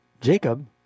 Jacob